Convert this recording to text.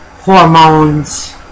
hormones